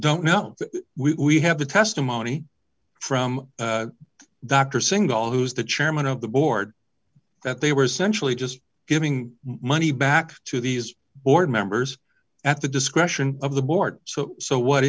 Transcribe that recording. don't know that we have the testimony from dr single who's the chairman of the board that they were essentially just giving money back to these board members at the discretion of the board so so what